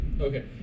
okay